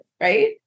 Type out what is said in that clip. right